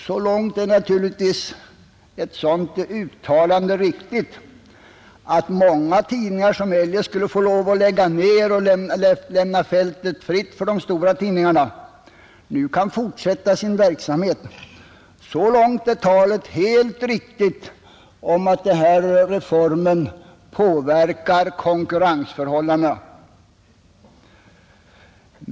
Så långt är naturligtvis ett sådant uttalande riktigt att många tidningar, som eljest skulle få lov att lägga ned sin verksamhet eller lämna fältet fritt för de stora tidningarna, nu kan fortsätta sin verksamhet. Så långt är talet helt riktigt om att denna reform påverkar konkurrensförhållandena.